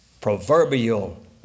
proverbial